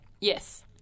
Yes